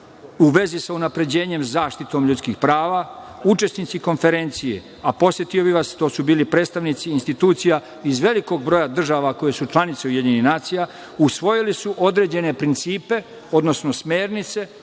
u vezi sa unapređenjem zaštite ljudskih prava, učesnici konferencije, a podsetio bih vas, to su bili predstavnici institucija iz velikog broja država koje su članice UN, usvojili su određene principe, odnosno smernice